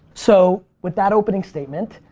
so, with that opening statement,